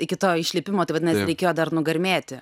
iki to išlipimo tai vadinas reikėjo dar nugarmėti